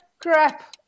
Crap